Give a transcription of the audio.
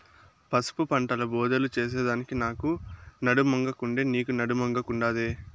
పసుపు పంటల బోదెలు చేసెదానికి నాకు నడుమొంగకుండే, నీకూ నడుమొంగకుండాదే